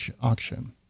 auction